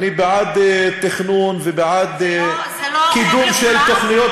אני בעד תכנון ובעד קידום של תוכניות